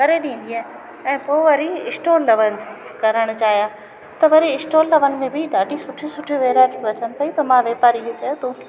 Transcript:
करे ॾींदी आहियां ऐं पोइ वरी स्टॉल लवनि करण चाहियां त वरी स्टॉलवनि में बि ॾाढी सुठी सुठी वैराइटियूं अचनि पयूं त मां वापारी खे चयो तूं